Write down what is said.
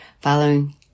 following